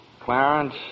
Clarence